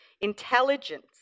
intelligence